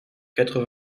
quatre